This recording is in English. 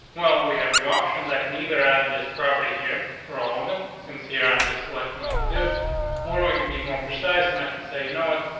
well, we have few options. i can either add this property here for all of them. since here, i'm just selecting all the dips more. we can be more precise than and i can say. you know what?